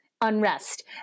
unrest